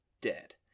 dead